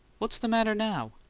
what's the matter now?